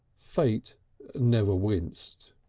fate never winced.